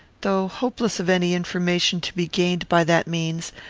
though hopeless of any information to be gained by that means,